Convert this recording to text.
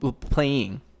playing